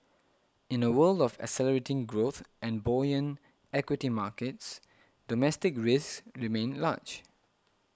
in a world of accelerating growth and buoyant equity markets domestic risks remain large